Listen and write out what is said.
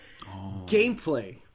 gameplay